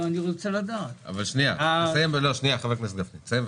תסיים בבקשה.